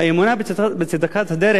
האמונה בצדקת הדרך,